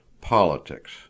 Politics